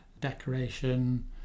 decoration